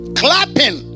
clapping